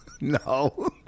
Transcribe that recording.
No